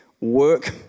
work